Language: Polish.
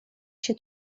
się